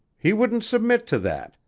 he wouldn't submit to that,